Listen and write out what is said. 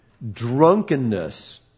drunkenness